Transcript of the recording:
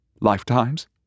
Lifetimes